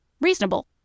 Reasonable